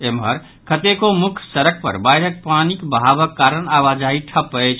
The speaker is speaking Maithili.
एम्हर कतेको मुख्य सड़क पर बाढ़िक पानिक बहावक कारण आवाजाही ठप अछि